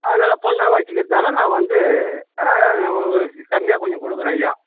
அதனாலே பண்ணை வைச்சிருக்கறதால நான் வந்து உங்களுக்கு கம்மியாக கொஞ்சம் கொடுக்குறேன்ய்யா